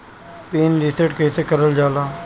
Pin reset कईसे करल जाला?